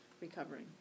recovering